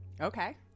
Okay